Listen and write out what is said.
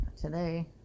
today